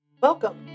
Welcome